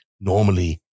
normally